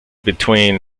between